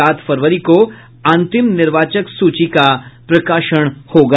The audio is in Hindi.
सात फरवरी को अंतिम निर्वाचक सूची का प्रकाशन होगा